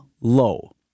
low